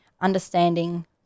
understanding